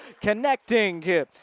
connecting